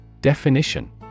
Definition